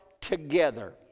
together